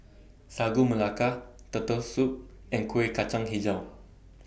Sagu Melaka Turtle Soup and Kuih Kacang Hijau